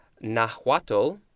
Nahuatl